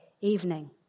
evening